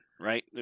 Right